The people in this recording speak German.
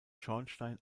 schornstein